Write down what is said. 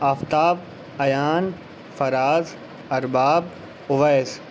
Aftab Ayan Faraz Arbab Owais